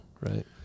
right